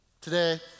today